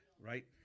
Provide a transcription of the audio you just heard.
right